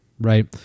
right